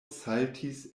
saltis